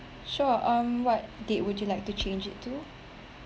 sure um what date would you like to change it to